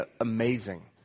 amazing